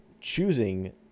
choosing